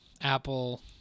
apple